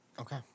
Okay